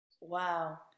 Wow